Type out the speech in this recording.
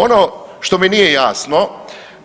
Ono što mi nije jasno